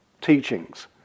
teachings